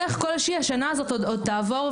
אין דבר כזה שייסגרו גנים.